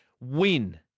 win